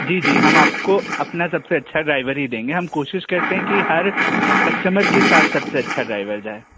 जी जी हम आपको अपना सबसे अच्छा ड्राइवर ही देंगे हम कोशिश करते हैं कि हर कस्टमर के साथ सबसे अच्छा ड्राइवर जाए